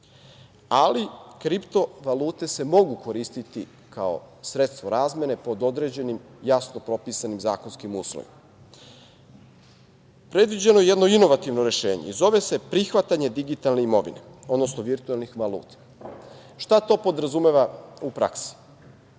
ali kripto valute se mogu koristiti kao sredstvo razmene pod određenim jasno propisanim zakonskim uslovima. Predviđeno je jedno inovativno rešenje i zove se prihvatanje digitalne imovine, odnosno virtualnih valuta. Šta to podrazumeva u praksi?